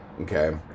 okay